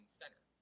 center